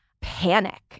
panic